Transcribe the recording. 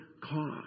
cause